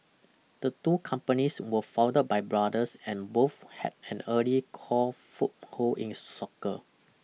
the two companies were founded by brothers and both had an early core foothold in soccer